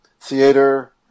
theater